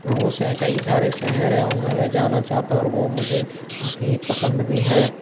रूस है कई सारे शहर हैं उनमें मैं जाना चाहता और वो मुझे काफ़ी पसंद भी है